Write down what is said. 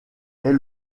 est